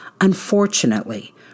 Unfortunately